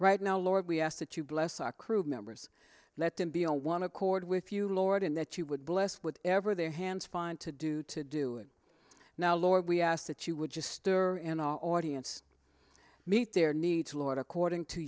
right now lord we ask that you bless our crew members let them be all one accord with you lord in that you would bless what ever their hands find to do to do it now lord we ask that you would just store and all audience meet their needs lord according to